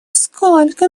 сколько